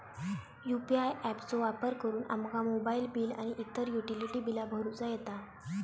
UPI app चो वापर करुन आमका मोबाईल बिल आणि इतर युटिलिटी बिला भरुचा येता